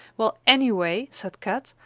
well, anyway, said kat,